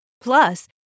Plus